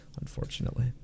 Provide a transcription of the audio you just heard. Unfortunately